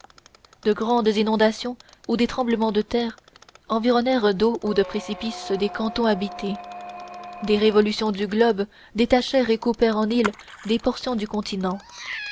de grandes inondations ou des tremblements de terre environnèrent d'eaux ou de précipices des cantons habités des révolutions du globe détachèrent et coupèrent en îles des portions du continent